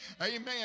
amen